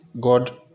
God